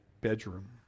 bedroom